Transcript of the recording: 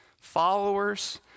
Followers